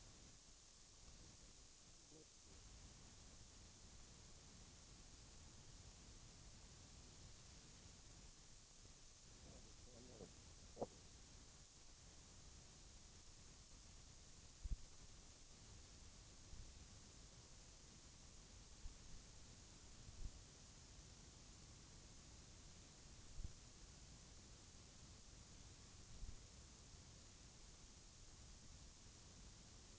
Jag brukar använda uttrycket traditionell brottslighet för att ange sådan brottslighet som vi har levt med under mycket lång tid, till skillnad från den relativt nya företeelse som ekonomisk brottslighet och narkotikabrottslighet utgör. Ulf Adelsohn vänder sig mot den ökning av insatserna mot ekonomisk brottslighet som nu genomförs. Dessa insatser görs mot systematisk brottslighet i vinningssyfte i näringsutövning, alltså den mycket allvarliga brottsligheten på detta område. Det är en brottslighet som omsluter tiotals miljarder kronor om året. Det är på det här sättet räknat som jag menar att skadeverkningarna är stora. Det är fråga om pengar som skulle ha betalats i skatt — helt riktigt, Ulf Adelsohn — men det är också i stor utsträckning pengar som man har lurat kunder, leverantörer eller anställda på.